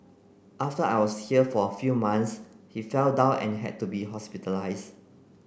after I was here for a few months he fell down and had to be hospitalised